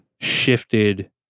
shifted